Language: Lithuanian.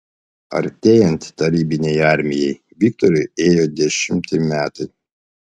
artėjant tarybinei armijai viktorui ėjo dešimti metai